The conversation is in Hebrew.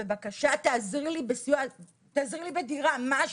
בבקשה ממך תעזרי לי בסיוע, תעזרי לי בדירה, משהו.